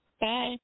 Bye